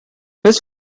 his